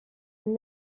این